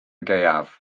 gaeaf